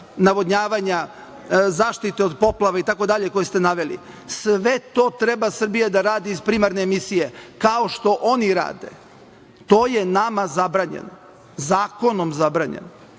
navodnjavanja, zaštite od poplava itd. koje ste naveli. Sve to treba Srbija da radi iz primarne misije, kao što oni rade. To je nama zabranjeno. Zakonom zabranjeno,